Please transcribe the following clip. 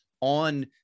on